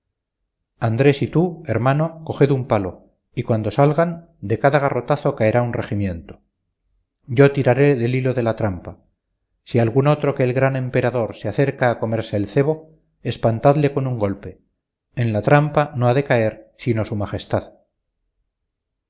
andrés y tú hermano coged un palo y cuando salgan de cada garrotazo caerá un regimiento yo tiraré del hilo de la trampa si algún otro que el gran emperador se acerca a comerse el cebo espantadle con un golpe en la trampa no ha de caer sino su majestad